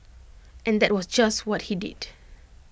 and that was just what he did